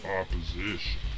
opposition